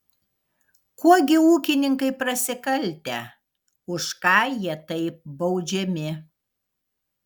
kuo gi ūkininkai prasikaltę už ką jie taip baudžiami